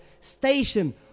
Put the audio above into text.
station